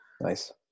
Nice